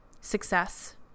Success